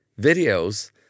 videos